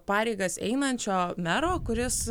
pareigas einančio mero kuris